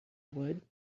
would